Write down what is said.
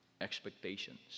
expectations